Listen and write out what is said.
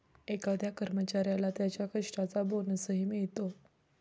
एखाद्या कर्मचाऱ्याला त्याच्या कष्टाचा बोनसही मिळतो